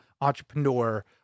entrepreneur